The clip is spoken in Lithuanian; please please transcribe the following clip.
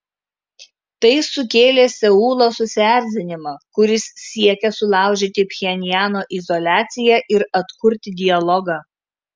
tai sukėlė seulo susierzinimą kuris siekia sulaužyti pchenjano izoliaciją ir atkurti dialogą